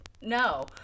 No